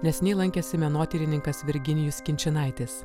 neseniai lankėsi menotyrininkas virginijus kinčinaitis